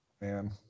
man